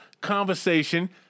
conversation